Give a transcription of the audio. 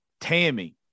Tammy